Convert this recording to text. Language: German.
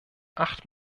acht